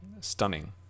stunning